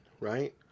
right